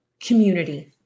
community